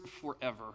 forever